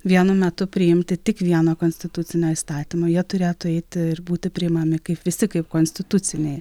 vienu metu priimti tik vieno konstitucinio įstatymo jie turėtų eiti ir būti priimami kaip visi kaip konstituciniai